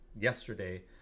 yesterday